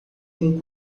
com